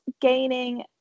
gaining